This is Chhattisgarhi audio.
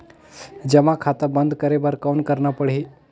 जमा खाता बंद करे बर कौन करना पड़ही?